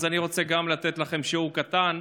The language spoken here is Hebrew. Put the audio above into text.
אז אני רוצה לתת גם לכם שיעור קטן.